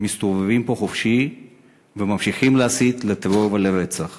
מסתובבים פה חופשי וממשיכים להסית לטרור ולרצח.